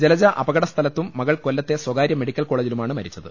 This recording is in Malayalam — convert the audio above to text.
ജലജ അപകടസ്ഥലത്തും മകൾ കൊല്ലത്തെ സ്വകാര്യ മെഡിക്കൽ കോളേജിലുമാണ് മരിച്ചത്